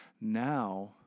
Now